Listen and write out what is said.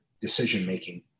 decision-making